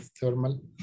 thermal